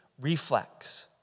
reflex